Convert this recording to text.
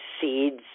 seeds